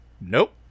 Nope